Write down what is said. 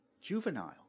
juvenile